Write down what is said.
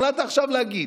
אתה החלטת עכשיו להגיד.